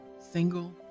single